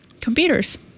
computers